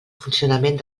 funcionament